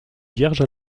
vierge